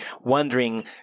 wondering